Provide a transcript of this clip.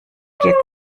geht